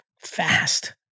fast